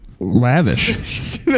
Lavish